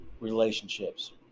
relationships